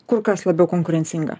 kur kas labiau konkurencinga